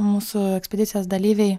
mūsų ekspedicijos dalyviai